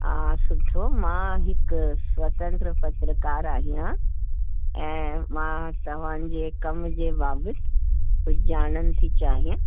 हा सुठो मां हिकु स्वतंत्र पत्रकार आहियां ऐं मां तव्हांजे कम जे बाबति कुझु ॼाणण थी चाहियां